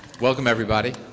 welcome, everybody.